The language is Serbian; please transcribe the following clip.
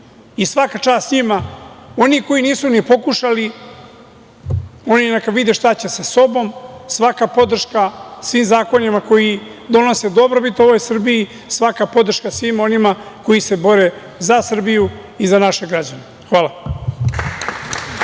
i svaka čast njima. Oni koji nisu ni pokušali, oni neka vide šta će sa sobom. Svaka podrška svim zakonima koji donose dobrobit ovoj Srbiji. Svaka podrška svima onima koji se bore za Srbiju i za naše građane. Hvala.